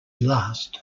last